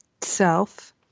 self